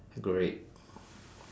great